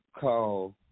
call